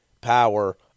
power